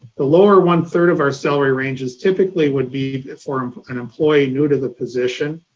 the lower one third of our salary ranges typically would be for an employee new to the position,